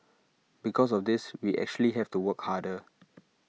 because of this we actually have to work harder